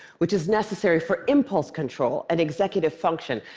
which is necessary for impulse control and executive function,